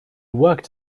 worked